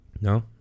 No